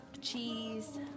cheese